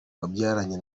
wabyaranye